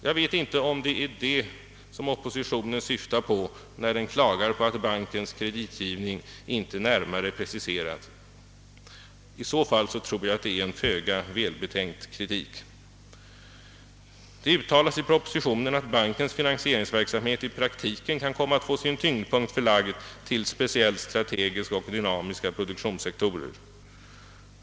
Jag vet inte om det är detta oppositionen åsyftar när den klagar på att bankens kreditgivning inte närmare preciserats. I så fall tror jag att det är en föga välbetänkt kritik. Det uttalas i propositionen att bankens finansieringsverksamhet i praktiken kan komma att få sin tyngdpunkt förlagd till speciellt strategiska och dynamiska produktionsfaktorer.